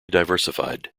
diversified